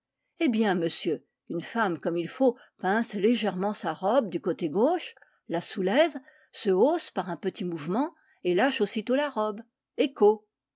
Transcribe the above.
eh bien monsieur une femme comme il faut pince légèrement sa robe du côté gauche la soulève se hausse par un petit mouvement et lâche aussitôt la robe ecco